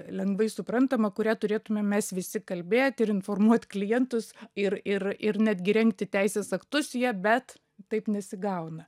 lengvai suprantama kuria turėtume mes visi kalbėt ir informuot klientus ir ir ir netgi rengti teisės aktus ja bet taip nesigauna